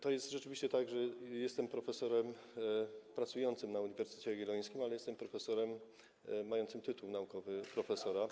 To jest rzeczywiście tak, że jestem profesorem pracującym na Uniwersytecie Jagiellońskim, ale jestem profesorem mającym tytuł naukowy profesora.